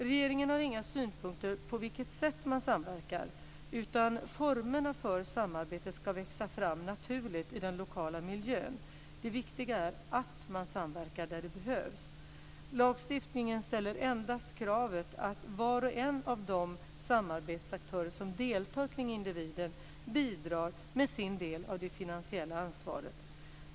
Regeringen har inga synpunkter på vilket sätt man samverkar utan formerna för samarbetet ska växa fram naturligt i den lokala miljön. Det viktiga är att man samverkar där det behövs. Lagstiftningen ställer endast kravet att var och en av de samarbetsaktörer som deltar kring individen bidrar med sin del av det finansiella ansvaret.